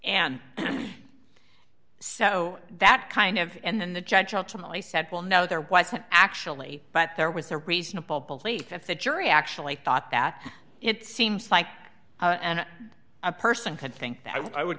and so that kind of and then the judge ultimately said well no there wasn't actually but there was a reasonable belief if the jury actually thought that it seems like and a person could think that i would